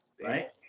right